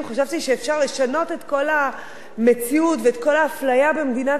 את כל המציאות ואת כל האפליה במדינת ישראל בבת אחת,